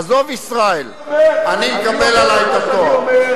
עזוב ישראל, אני מקבל עלי את התואר.